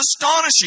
astonishing